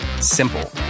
simple